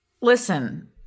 Listen